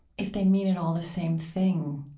if they mean at all the same thing